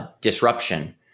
disruption